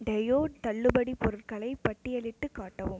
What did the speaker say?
டேயோ தள்ளுபடிப் பொருட்களை பட்டியலிட்டுக் காட்டவும்